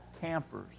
campers